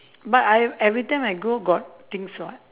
but I every time I go got things [what]